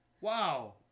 wow